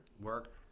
work